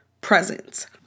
presence